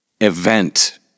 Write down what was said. event